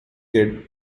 kid